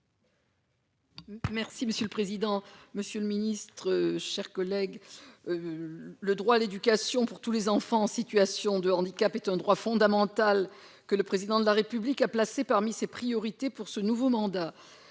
Merci monsieur le président, monsieur le ministre, chers collègues, le droit à l'éducation pour tous les enfants en situation de handicap est un droit fondamental que le président de la République a placé parmi ses priorités pour ce nouveau mandat